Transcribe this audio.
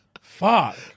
Fuck